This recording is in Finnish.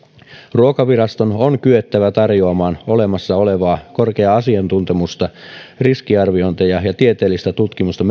ruokaviraston on kyettävä tarjoamaan olemassa olevaa korkeaa asiantuntemusta riskiarviointeja ja tieteellistä tutkimusta